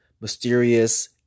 mysterious